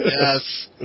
yes